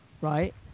Right